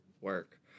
work